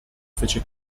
fece